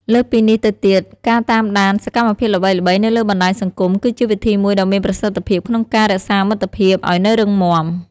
លើសពីនេះទៅទៀត ការតាមដានសកម្មភាពល្បីៗនៅលើបណ្ដាញសង្គមគឺជាវិធីមួយដ៏មានប្រសិទ្ធភាពក្នុងការរក្សាមិត្តភាពឲ្យនៅរឹងមាំ។